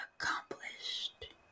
accomplished